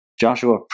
Joshua